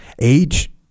age